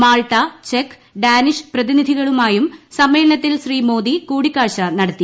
Malta ചെക് Danish പ്രതിനിധികളുമായും സമ്മേളനത്തിൽ ശ്രീ മോദി കൂടിക്കാഴ്ച നടത്തി